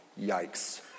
Yikes